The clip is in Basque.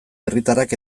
herritarrak